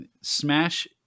Smash